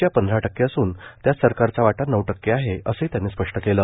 च्या पंधरा टक्के असून त्यात सरकारचा वाटा नऊ टक्के आहे असंही त्यांनी स्पष्ट केलं